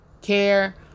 care